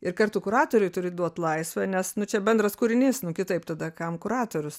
ir kartu kuratoriui turi duot laisvę nes nu čia bendras kūrinys nu kitaip tada kam kuratorius